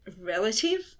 relative